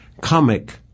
comic